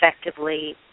effectively